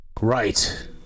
Right